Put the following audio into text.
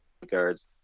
regards